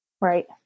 Right